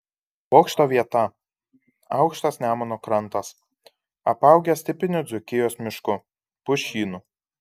bokšto vieta aukštas nemuno krantas apaugęs tipiniu dzūkijos mišku pušynu